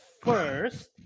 first